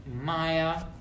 Maya